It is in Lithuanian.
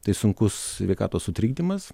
tai sunkus sveikatos sutrikdymas